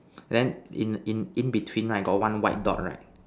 then in in in between right got one white dot right